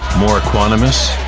more equanimous?